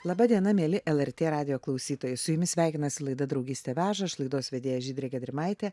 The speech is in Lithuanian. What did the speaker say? laba diena mieli lrt radijo klausytojai su jumis sveikinasi laida draugystė veža aš laidos vedėja žydrė gedrimaitė